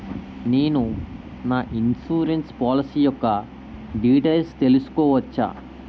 నేను నా insurance policy యెక్క డీటైల్స్ తెల్సుకోవచ్చా?